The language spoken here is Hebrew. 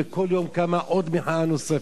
וכל יום קמה מחאה נוספת.